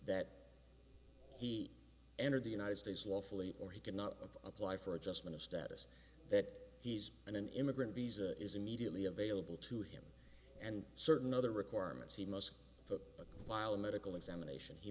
that he entered the united states lawfully or he cannot apply for adjustment of status that he's an immigrant visa is immediately available to him and certain other requirements he must for a while a medical examination he